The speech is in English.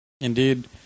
indeed